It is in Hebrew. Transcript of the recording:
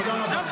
תודה רבה.